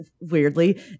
weirdly